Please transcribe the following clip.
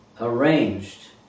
arranged